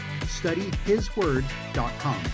studyhisword.com